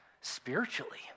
spiritually